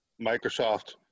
Microsoft